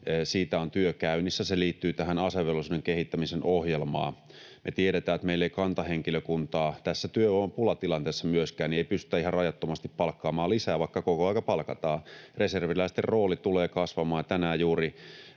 kysyi, on työ käynnissä. Se liittyy tähän asevelvollisuuden kehittämisen ohjelmaan. Me tiedämme, että meillä kantahenkilökuntaa tässä työvoimapulatilanteessa ei myöskään pystytä ihan rajattomasti palkkaamaan lisää, vaikka koko ajan palkataan. Reserviläisten rooli tulee kasvamaan. Tänään juuri